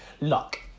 Luck